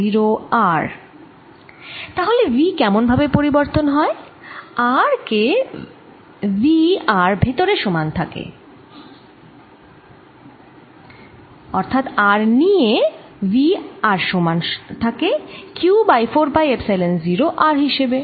তাহলে V কেমন ভাবে পরিবর্তন হয় R নিয়ে V R ভেতরে সমান থাকে Q বাই 4 পাই এপসাইলন 0 R হিসেবে